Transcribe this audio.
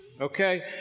okay